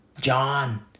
John